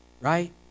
right